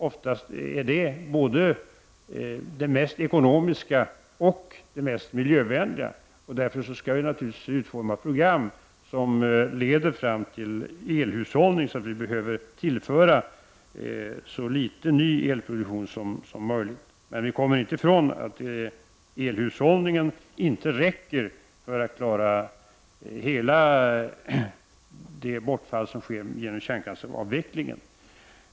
Oftast är hushållning både det mest ekonomiska och mest miljövänliga. Därför skall vi naturligtvis utforma program som leder fram till elhushållning, så att vi behöver tillföra så litet ny elproduktion som möjligt. Men vi kommer inte ifrån att elhushållning inte räcker för att klara hela det bortfall som kommer att ske genom kärnkraftsavvecklingen.